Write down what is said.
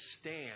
stand